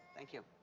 thank you.